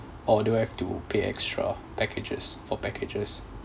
or do I have to pay extra packages four packages